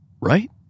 Right